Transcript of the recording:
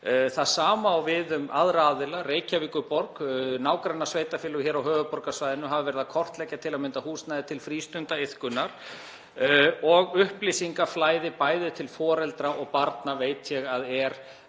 það sama á við um aðra aðila. Reykjavíkurborg og nágrannasveitarfélögin á höfuðborgarsvæðinu hafa verið að kortleggja til að mynda húsnæði til frístundaiðkunar og upplýsingaflæði til bæði foreldra og barna veit ég að er